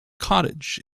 cottage